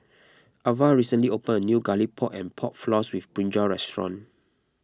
Avah recently opened a new Garlic Pork and Pork Floss with Brinjal restaurant